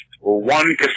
One